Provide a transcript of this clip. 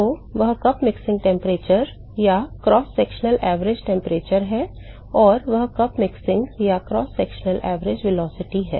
तो वह cup mixing temperature या क्रॉस सेक्शनल एवरेज टेम्परेचर है और वह कप मिक्सिंग या क्रॉस सेक्शनल एवरेज वेलोसिटी है